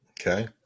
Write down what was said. Okay